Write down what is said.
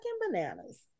bananas